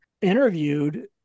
interviewed